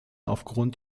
aufgrund